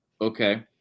Okay